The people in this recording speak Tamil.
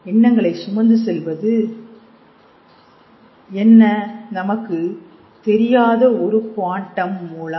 எண்ணங்களைச் சுமந்து செல்வது என்ன நமக்கு தெரியாத ஒரு குவாண்டம் மூலம்